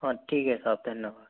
हाँ ठीक है साहब धन्यवाद